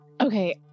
Okay